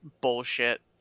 bullshit